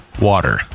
water